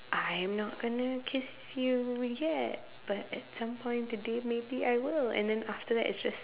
I'm not gonna kiss you yet but at some point today maybe I will and then after that it's just